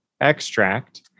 extract